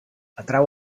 atrau